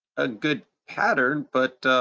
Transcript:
a good pattern, but